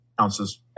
ounces